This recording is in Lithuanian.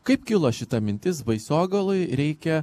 kaip kilo šita mintis baisogaloj reikia